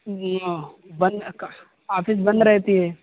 جی ہاں بند آفس بند رہتی ہے